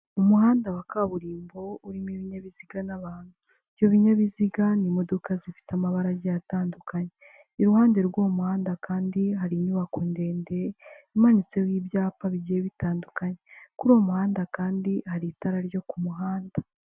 Umuhanda wa kaburimbo urimo ibinyabiziga n'abantu ibinyabiziga n'imo zifite amabarage atandukanye iruhande rw'uumuhanda kandi hari inyubako ndende imanitseho ibyapa bigiye bitandukanye kuri muhanda kandi hari itara ryo ku muhanda.